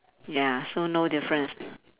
ya so no difference